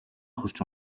хүрч